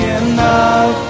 enough